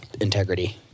integrity